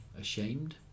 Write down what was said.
ashamed